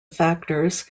factors